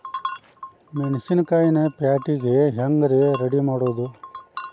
ಮೆಣಸಿನಕಾಯಿನ ಪ್ಯಾಟಿಗೆ ಹ್ಯಾಂಗ್ ರೇ ರೆಡಿಮಾಡೋದು?